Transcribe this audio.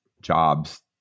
jobs